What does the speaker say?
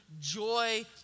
joy